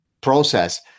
process